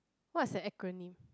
what's an acronym